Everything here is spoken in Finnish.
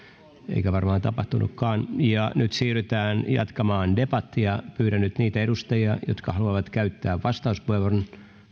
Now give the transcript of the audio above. eikä varmaan tapahtunutkaan nyt siirrytään jatkamaan debattia pyydän nyt niitä edustajia jotka haluavat käyttää vastauspuheenvuoron